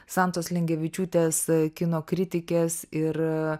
santos lingevičiūtės kino kritikės ir